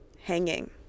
hanging